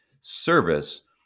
service